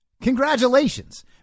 Congratulations